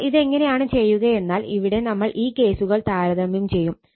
അപ്പോൾ ഇതെങ്ങനെയാണ് ചെയ്യുകയെന്നാൽ ഇവിടെ നമ്മൾ ഈ കേസുകൾ താരതമ്യം ചെയ്യും